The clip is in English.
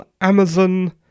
Amazon